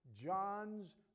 John's